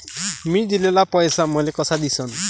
मी दिलेला पैसा मले कसा दिसन?